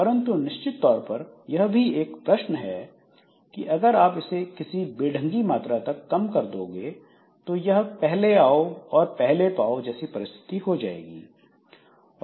परंतु निश्चित तौर पर यह भी एक प्रश्न है कि अगर आप इसे किसी बेढ़ंगी मात्रा तक कम कर दो तो यह पहले आओ और पहले पाओ जैसी परिस्थिति हो जाती है